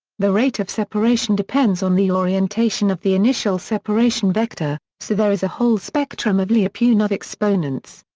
the rate of separation depends on the orientation of the initial separation vector, so there is a whole spectrum of lyapunov exponents.